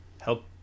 help